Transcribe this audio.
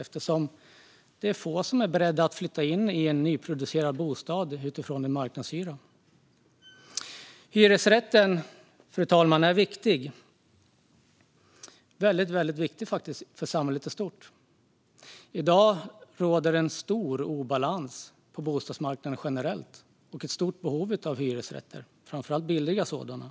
Få är ju beredda att flytta in i en nyproducerad bostad med marknadshyra. Hyresrätten är väldigt viktig för samhället i stort, fru talman. I dag råder det en stor obalans på bostadsmarknaden generellt, och det finns ett stort behov av framför allt billiga hyresrätter.